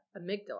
amygdala